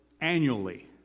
annually